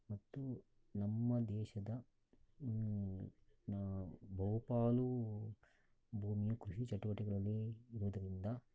ಮತ್ತು ನಮ್ಮ ದೇಶದ ಬಹುಪಾಲು ಭೂಮಿ ಕೃಷಿ ಚಟುವಟಿಕೆಗಳಲ್ಲಿ ಇರುವುದರಿಂದ